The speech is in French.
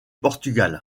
portugal